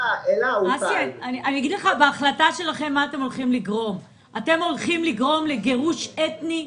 אסי, אגיד לך מה אתם הולכים לגרום בהחלטה שלכם.